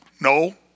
No